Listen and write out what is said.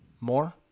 More